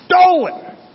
stolen